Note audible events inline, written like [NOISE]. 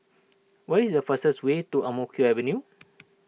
what is the fastest way to Ang Mo Kio Avenue [NOISE]